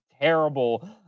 terrible